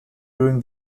during